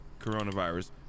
coronavirus